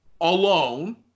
alone